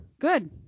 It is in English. good